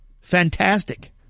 Fantastic